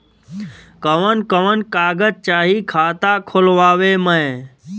कवन कवन कागज चाही खाता खोलवावे मै?